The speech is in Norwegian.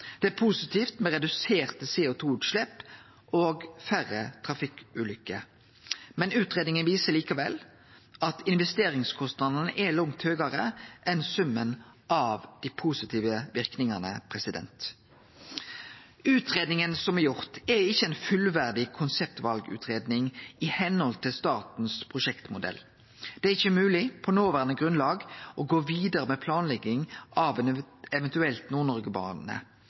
Det er positivt med reduserte CO 2 -utslepp og færre trafikkulykker. Utgreiinga viser likevel at investeringskostnadene er langt høgare enn summen av dei positive verknadene. Utgreiinga som er gjord, er ikkje ei fullverdig konseptvalutgreiing i samsvar med statens prosjektmodell. Det er ikkje mogleg på noverande grunnlag å gå vidare med planlegging av ein